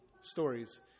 stories